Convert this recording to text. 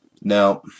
Now